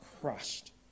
crushed